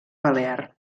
balear